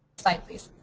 slide, please.